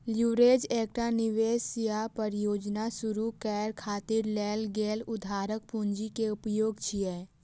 leverage एकटा निवेश या परियोजना शुरू करै खातिर लेल गेल उधारक पूंजी के उपयोग छियै